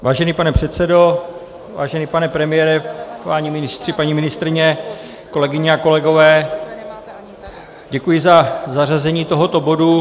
Vážený pane předsedo, vážený pane premiére, páni ministři, paní ministryně, kolegyně a kolegové, děkuji za zařazení tohoto bodu.